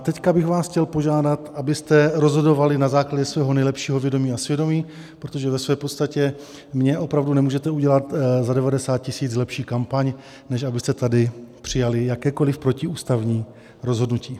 Teď bych vás chtěl požádat, abyste rozhodovali na základě svého nejlepšího vědomí a svědomí, protože ve své podstatě mně opravdu nemůžete udělat za 90 000 lepší kampaň, než abyste tady přijali jakékoliv protiústavní rozhodnutí.